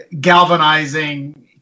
galvanizing